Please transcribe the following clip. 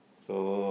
so